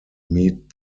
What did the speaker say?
meet